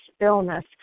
illness